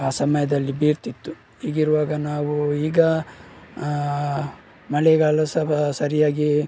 ಆ ಸಮಯದಲ್ಲಿ ಬೀರ್ತಿತ್ತು ಹೀಗಿರುವಾಗ ನಾವು ಈಗ ಮಳೆಗಾಲ ಸ್ವಲ್ಪ ಸರಿಯಾಗಿ